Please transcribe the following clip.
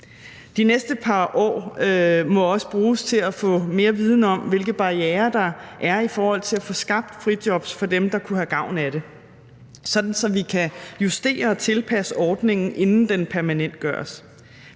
De næste par år må også bruges til at få mere viden om, hvilke barrierer der er i forhold til at få skabt frijobs for dem, der kunne have gavn af det, sådan at vi kan justere og tilpasse ordningen, inden den permanentgøres.